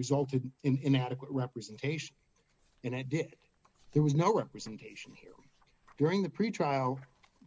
resulted in adequate representation and i did there was no representation here during the pretrial